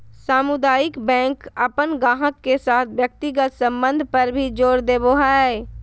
सामुदायिक बैंक अपन गाहक के साथ व्यक्तिगत संबंध पर भी जोर देवो हय